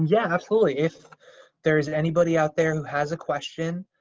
yeah absolutely. if there's anybody out there who has a question,